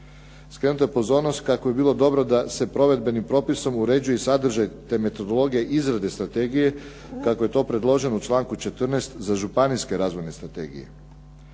Skrenuta je pozornost kako bi bilo dobro da se provedbenim propisom uređuje i sadržaj te metodologija izrade strategije, kako je to predloženo u članku 14. za županijske razvojne strategije.